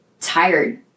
tired